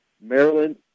Maryland